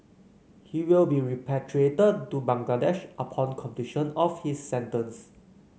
he will be repatriated to Bangladesh upon completion of his sentence